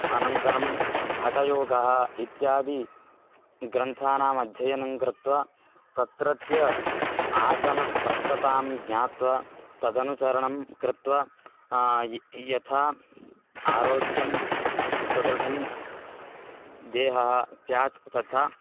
अनन्तरं हटयोगः इत्यादि ग्रन्थानाम् अध्ययनं कृत्वा तत्रत्य आसनस्पष्टतां ज्ञात्वा तदनुचरणं कृत्वा य् यथा आरोग्यं सुदृढं देहः स्यात् तथा